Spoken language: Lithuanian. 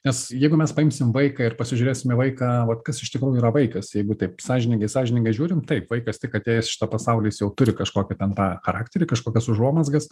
nes jeigu mes paimsim vaiką ir pasižiūrėsim į vaiką vot kas iš tikrųjų yra vaikas jeigu taip sąžiningai sąžiningai žiūrim taip vaikas tik atėjęs į šitą pasaulį jis jau turi kažkokį ten tą charakterį kažkokias užuomazgas